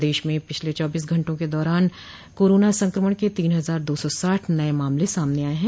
प्रदेश में पिछले चौबीस घंटे के दौरान कोरोना संक्रमण के तीन हजार दो सौ साठ नये मामले सामने आये हैं